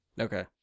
Okay